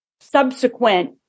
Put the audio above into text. subsequent